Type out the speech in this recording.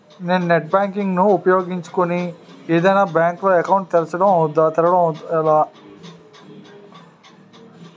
నేను net banking ను ఉపయోగించుకుని ఏదైనా బ్యాంక్ లో అకౌంట్ తెరవడం ఎలా?